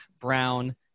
Brown